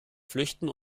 flüchten